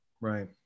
right